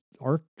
arc